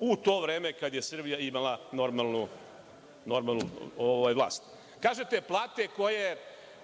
u to vreme kada je Srbija imala normalnu vlast. Kažete - plate koje